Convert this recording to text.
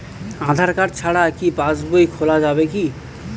আধার card ছাড়া কি passbook খোলা যাবে কি?